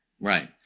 Right